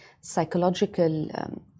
psychological